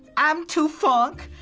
i'm too funk.